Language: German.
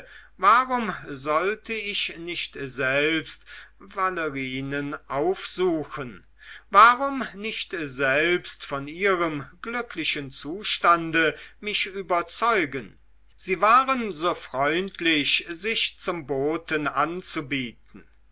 warum sollte ich valerinen nicht selbst aufsuchen warum nicht selbst von ihrem glücklichen zustande mich überzeugen sie waren so freundlich sich zum boten anzubieten